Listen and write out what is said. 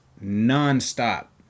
non-stop